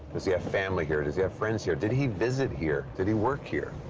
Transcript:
does he have family here? does he have friends here? did he visit here? did he work here?